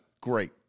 Great